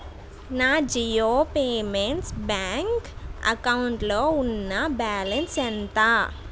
నా Jio payments bank అకౌంట్లో ఉన్న బ్యాలన్స్ ఎంత